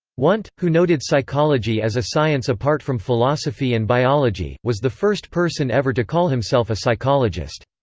wundt, who noted psychology as a science apart from philosophy and biology, was the first person ever to call himself a psychologist.